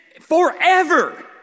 forever